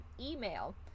email